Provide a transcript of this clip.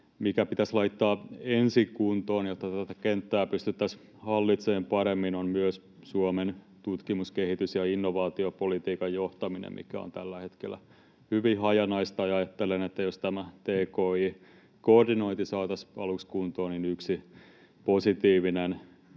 mikä pitäisi laittaa ensin kuntoon, jotta tätä kenttää pystyttäisiin hallitsemaan paremmin, on Suomen tutkimus-, kehitys- ja innovaatiopolitiikan johtaminen, mikä on tällä hetkellä hyvin hajanaista. Ajattelen, että jos tämä tki-koordinointi saataisiin aluksi kuntoon, niin yksi positiivinen